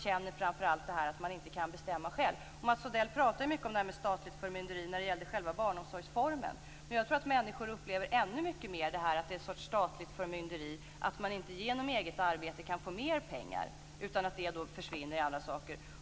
Framför allt känner de att de inte kan bestämma själva. Mats Odell pratar mycket om statligt förmynderi när det gäller själva barnomsorgsformen. Jag tror att människor upplever ännu mycket mer att det är en sorts statligt förmynderi att man inte genom eget arbete kan få mera pengar utan att det hela försvinner till andra saker.